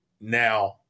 now